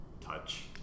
touch